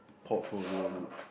portfolio look